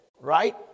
right